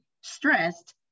stressed